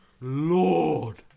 lord